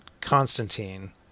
Constantine